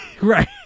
Right